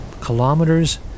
kilometers